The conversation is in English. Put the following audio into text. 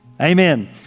amen